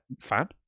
fan